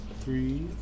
three